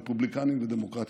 רפובליקנים ודמוקרטים,